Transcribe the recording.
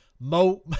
Mo